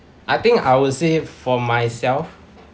I think I would say for myself